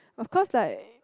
of course like